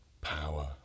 power